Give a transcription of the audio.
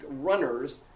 runners